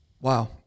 Wow